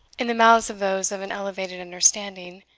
in the mouths of those of an elevated understanding,